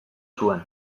zuen